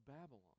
Babylon